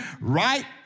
right